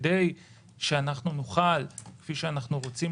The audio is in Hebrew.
כדי שאנחנו נוכל כפי שאנחנו רוצים